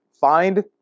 Find